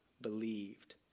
believed